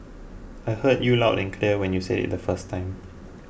I heard you loud and clear when you said it the first time